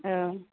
औ